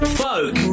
folk